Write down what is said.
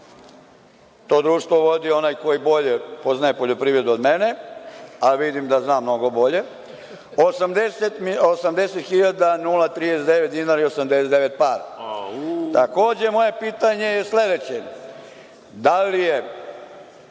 to društvo vodi onaj koji bolje poznaje poljoprivredu od mene, a vidim da zna mnogo bolje, 800 hiljada, nula 39 dinara i 89 para? Takođe, moje pitanje je sledeće, da li je